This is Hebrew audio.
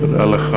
תודה.